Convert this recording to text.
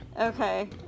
Okay